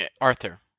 Arthur